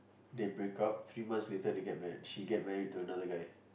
they break up three months later they get married she get married to another guy